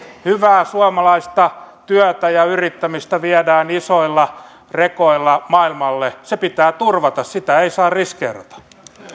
hyvää suomalaista työtä ja yrittämistä viedään isoilla rekoilla maailmalle se pitää turvata sitä ei saa riskeerata